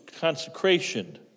Consecration